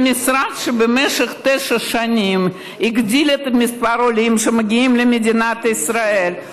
זה משרד שבמשך תשע שנים הגדיל את מספר העולים שמגיעים למדינת ישראל.